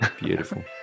Beautiful